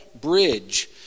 bridge